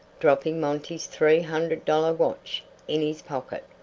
dropping monty's three hundred dollars watch in his pocket.